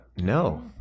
no